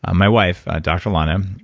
ah my wife, dr. lana,